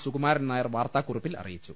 സുകുമാരൻ നായർ വാർത്താക്കുറിപ്പിൽ അറിയിച്ചു